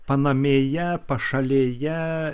panamėje pašalėje